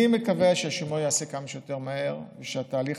אני מקווה שהשימוע ייעשה כמה שיותר מהר ושהתהליך